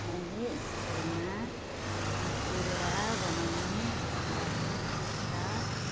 मैले स्कुलमा बिरुवा बनाउने चित्र वा चित्र